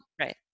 right